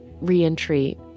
re-entry